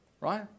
right